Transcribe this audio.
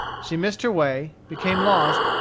she missed her way, became lost,